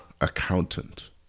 accountant